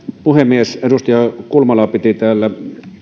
puhemies edustaja kulmala piti täällä